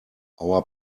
our